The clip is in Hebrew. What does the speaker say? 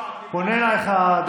חברת הכנסת בן ארי, פונה אלייך הדובר.